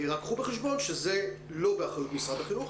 רק קחו בחשבון שזה לא באחריות משרד החינוך.